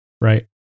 Right